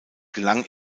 gelang